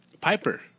Piper